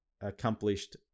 accomplished